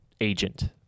agent